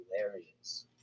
hilarious